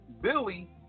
Billy